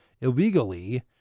illegally